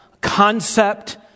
concept